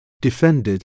defended